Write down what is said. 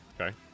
Okay